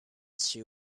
she